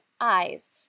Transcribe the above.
eyes